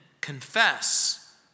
confess